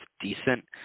decent